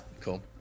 cool